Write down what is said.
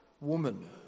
woman